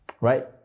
right